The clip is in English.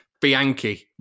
Bianchi